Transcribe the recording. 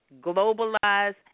globalize